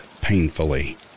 painfully